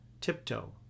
Tiptoe